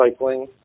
Recycling